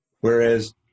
whereas